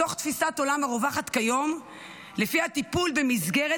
מתוך תפיסת עולם הרווחת כיום שלפיה טיפול במסגרת